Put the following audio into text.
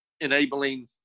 enabling